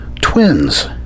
twins